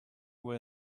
were